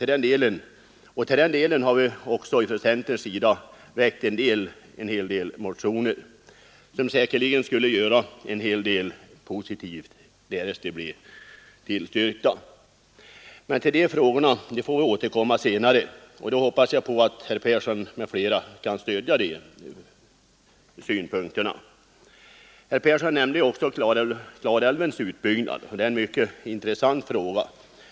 I detta syfte har vi också från centerpartiets sida väckt åtskilliga motioner, som säkerligen skulle göra en hel del positivt därest de blev tillstyrkta. Men till dessa frågor får vi återkomma senare, och då hoppas jag att herr Persson m.fl. kan stödja våra förslag. Herr Persson nämnde också Klarälvens utbyggnad. Det är en mycket intressant fråga.